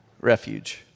refuge